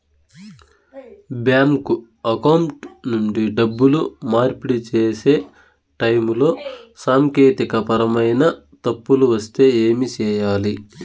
bank account నుండి డబ్బులు మార్పిడి సేసే టైములో సాంకేతికపరమైన తప్పులు వస్తే ఏమి సేయాలి